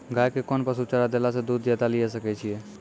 गाय के कोंन पसुचारा देला से दूध ज्यादा लिये सकय छियै?